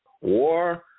war